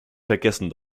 vergessen